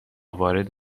وارد